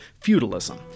feudalism